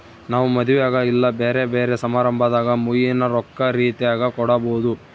ನಾವು ಮದುವೆಗ ಇಲ್ಲ ಬ್ಯೆರೆ ಬ್ಯೆರೆ ಸಮಾರಂಭದಾಗ ಮುಯ್ಯಿನ ರೊಕ್ಕ ರೀತೆಗ ಕೊಡಬೊದು